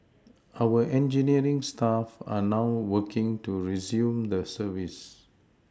our engineering staff are now working to resume the service